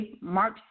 March